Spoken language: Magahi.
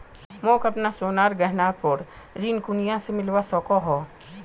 मोक अपना सोनार गहनार पोर ऋण कुनियाँ से मिलवा सको हो?